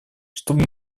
чтобы